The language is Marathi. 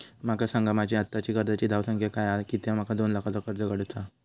माका सांगा माझी आत्ताची कर्जाची धावसंख्या काय हा कित्या माका दोन लाखाचा कर्ज काढू चा हा?